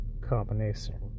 combination